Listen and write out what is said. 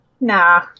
Nah